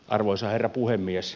arvoisa herra puhemies